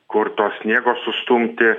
kur to sniego sustumti